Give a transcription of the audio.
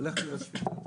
הולכת להיות שביתה.